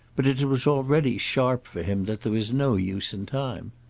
but it was already sharp for him that there was no use in time.